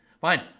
Fine